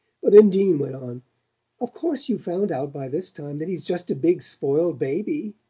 but undine went on of course you've found out by this time that he's just a big spoiled baby.